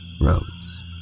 roads